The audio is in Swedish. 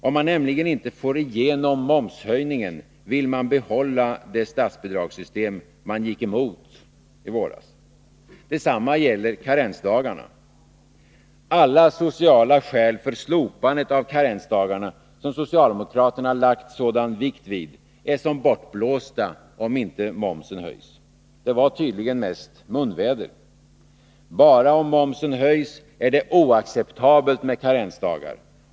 Om man nämligen inte får igenom momshöjningen vill man behålla det statsbidragssystem man gick emot i våras. Detsamma gäller karensdagarna. Alla sociala skäl för slopandet av karensdagarna, som socialdemokraterna lagt sådan vikt vid, är som bortblåsta om inte momsen höjs. Det var tydligen mest munväder. Bara om momsen höjs är det oacceptabelt med karensdagar.